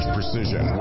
Precision